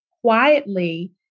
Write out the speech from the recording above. quietly